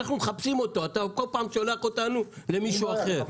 אתה כל פעם שולח אותנו למישהו אחר.